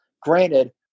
Granted